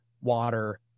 water